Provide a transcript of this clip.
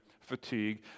fatigue